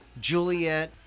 Juliet